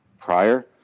prior